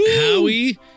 Howie